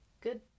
good